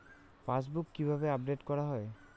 Passbook কিভাবে update করা হয়?